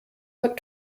look